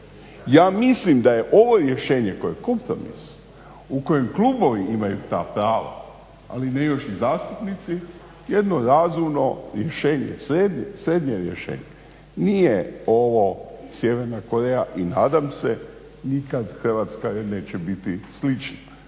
Ja mislim da je ovo rješenje koje je kompromis u kojem klubovi imaju ta prava, ali ne još i zastupnici jedno razumno rješenje, srednje rješenje. Nije ovo Sjeverna Koreja i nadam se nikad Hrvatska neće biti slična